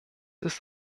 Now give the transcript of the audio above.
ist